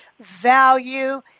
value